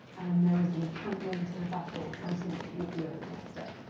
and there is an encampment, and a battle fighting with with the earl of leicester.